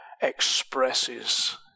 expresses